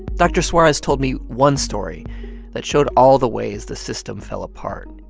dr. suarez told me one story that showed all the ways the system fell apart.